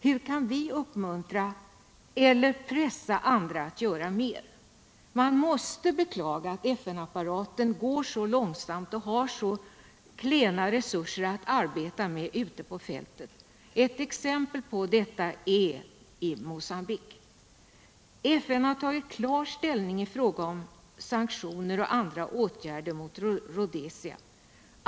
Hur kan vi uppmuntra eller pressa andra att göra mer? Man måste beklaga att FN-apparaten går så långsamt och har så klena resurser att arbeta med ute på fältet. Ett exempel på detta är Mogambique. FN har tagit klar ställning i fråga om sanktioner och andra åtgärder mot Rhodesia.